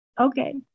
Okay